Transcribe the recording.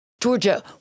Georgia